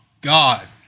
God